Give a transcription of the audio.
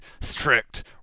strict